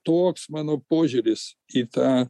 toks mano požiūris į tą